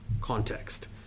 context